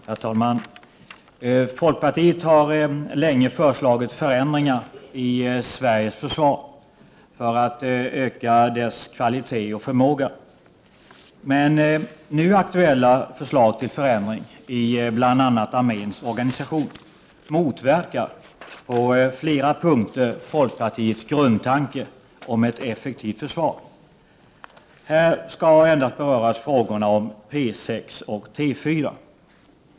Herr talman! Folkpartiet har länge föreslagit förändringar i Sveriges försvar för att öka dess kvalitet och förmåga. Men nu aktuella förslag till förändring i bl.a. arméns organisation motverkar på flera punkter folkpartiets grundtanke om ett effektivt försvar. Här skall endast beröras frågorna om P6 och T4.